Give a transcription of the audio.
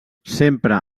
sempre